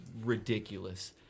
ridiculous